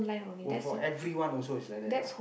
oh so for everyone also is like that ah